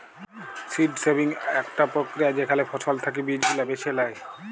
seed saving আকটা প্রক্রিয়া যেখালে ফসল থাকি বীজ গুলা বেছে লেয়